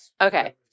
okay